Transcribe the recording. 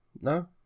no